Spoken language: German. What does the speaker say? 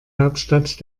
hauptstadt